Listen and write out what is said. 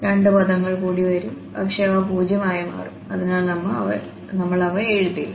രണ്ട് പദങ്ങൾ കൂടി വരും പക്ഷേ അവ 0 ആയി മാറും അതിനാൽ നമ്മൾ അവ എഴുതുന്നില്ല